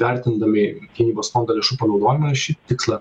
vertindami gynybos fondo lėšų panaudojimą šį tikslą